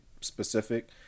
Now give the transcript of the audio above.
specific